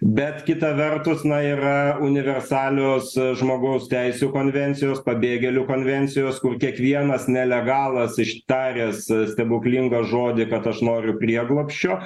bet kita vertus na yra universalios žmogaus teisių konvencijos pabėgėlių konvencijos kur kiekvienas nelegalas ištaręs stebuklingą žodį kad aš noriu prieglobsčio